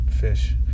fish